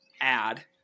add